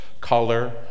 color